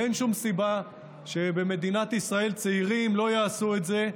ואין שום סיבה שבמדינת ישראל צעירים לא יעשו את זה,